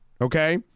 okay